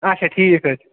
اَچھا ٹھیٖک حظ